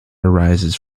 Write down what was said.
arises